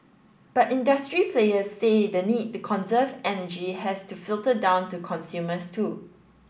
but industry players say the need to conserve energy has to filter down to consumers too